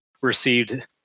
received